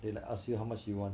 then I ask you how much you want